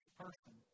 person